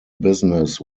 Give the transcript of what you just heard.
business